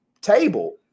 table